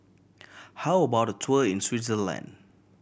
how about a tour in Switzerland